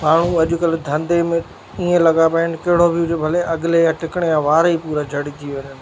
अॼुकल्ह धंधे या इअं लॻा पिया आहिनि कहिड़ो बि हुजे भले अॻिले ई टिकिड़े जा वार ई पूरा झड़जी वञनि